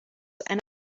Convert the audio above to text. eine